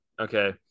Okay